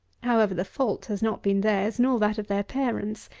however, the fault has not been theirs, nor that of their parents.